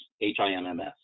H-I-M-M-S